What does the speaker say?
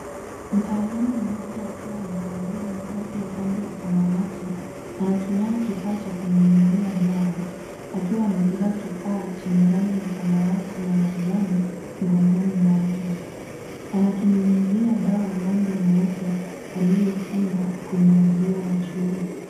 Mtaalam mmoja akiwa amevalia mavazi ya rangi ya samawati anatumia kifaa cha kunyunyizia dawa akiwa amebeba kifaa chenye rangi ya samawati na manjano mgongoni mwake. Ana akinyunyizi dawa ng'ombe mweupe aliyefungwa kwenye uzio wa chuma.